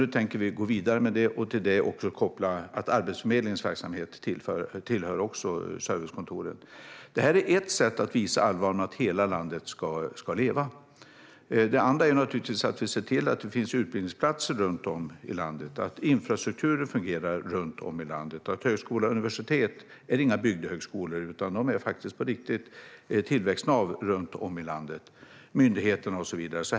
Nu tänker vi gå vidare med det och till det koppla att Arbetsförmedlingens verksamhet tillhör servicekontoren. Det här är ett sätt att visa allvar med att hela landet ska leva. Sedan ska vi naturligtvis se till att det finns utbildningsplatser runt om i landet och att infrastrukturen fungerar. Högskolor och universitet är inga bygdehögskolor utan de är på riktigt. De är tillväxtnav runt om i landet.